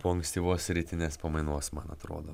po ankstyvos rytinės pamainos man atrodo